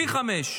פי חמישה.